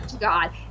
God